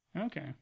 Okay